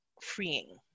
freeing